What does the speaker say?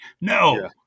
No